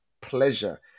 pleasure